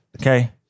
Okay